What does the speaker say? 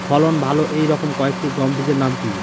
ফলন ভালো এই রকম কয়েকটি গম বীজের নাম কি?